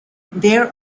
there